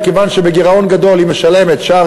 מכיוון שבגירעון גדול היא משלמת שער